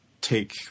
take